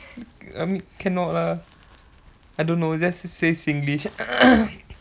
I mean cannot lah I don't know let's just say singlish